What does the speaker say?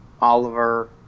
Oliver